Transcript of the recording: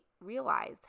realize